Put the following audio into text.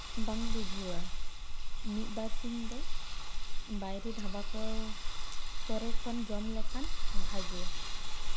ᱵᱟᱝ ᱵᱩᱡᱷᱟᱹᱣᱟ ᱢᱤᱫᱵᱟᱨ ᱥᱤᱧ ᱫᱚ ᱵᱟᱭᱨᱮ ᱫᱷᱟᱵᱟ ᱠᱚ ᱠᱚᱨᱮ ᱠᱷᱚᱱ ᱡᱚᱢ ᱞᱮᱠᱷᱟᱱ ᱵᱷᱟᱜᱮ